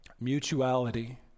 Mutuality